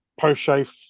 post-shave